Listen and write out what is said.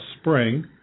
spring